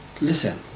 listen